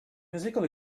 musical